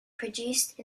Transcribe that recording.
produced